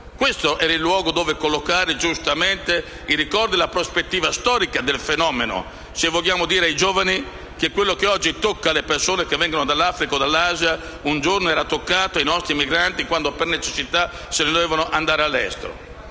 questo è il luogo in cui collocare, giustamente, il ricordo e la prospettiva storica del fenomeno, se vogliamo dire ai giovani che quello che oggi tocca alle persone che vengono dall'Africa o dall'Asia, un giorno era toccato ai nostri emigranti, che per necessità dovevano andare all'estero.